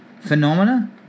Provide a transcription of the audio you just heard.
Phenomena